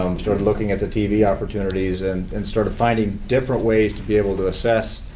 um started looking at the tv opportunities and and started finding different ways to be able to assess